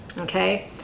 Okay